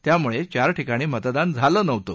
त्यामुळे चार ठिकाणी मतदान झालं नव्हतं